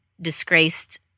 disgraced